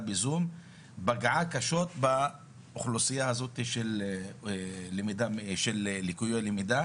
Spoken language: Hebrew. בזום פגעה קשות באוכלוסייה הזאת של ליקוי ללמידה